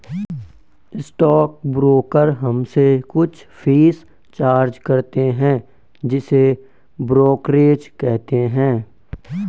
stock broker हमसे कुछ fees charge करते हैं जिसे ब्रोकरेज कहते हैं